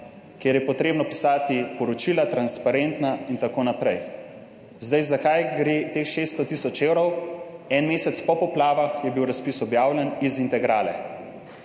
kjer je potrebno pisati poročila, transparentna in tako naprej. Zdaj, za kaj gre teh 600 tisoč evrov? En mesec po poplavah je bil razpis objavljen. Iz integrale.